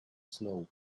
snow